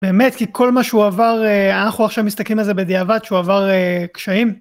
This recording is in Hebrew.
באמת, כי כל מה שהוא עבר, אנחנו עכשיו מסתכלים על זה בדיעבד, שהוא עבר קשיים.